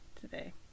today